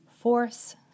Force